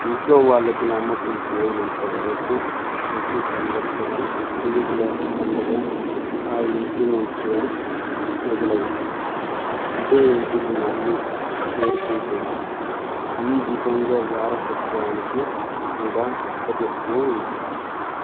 ఇంట్లో వాళ్ళకి నమ్మకం పోయినంత వరకు ప్రతీ సంవత్సరం పీర్ల పండగ ఆ ఇంటి నుంచే మొదలవుతుంది ఇదే ఇంటికి మళ్ళీ చేరుకుంటుంది ఈ విధంగా వారసత్వానికి కూడా అప్పజెప్తూ ఉంటారు